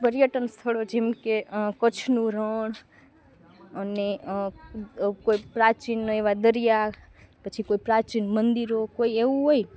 પર્યટન સ્થળો જેમ કે કચ્છનું રણ અને કોઈ પ્રાચીન એવા દરિયા પછી કોઈ પ્રાચીન મંદિરો કોઈ એવું હોય